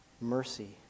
Mercy